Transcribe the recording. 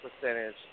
percentage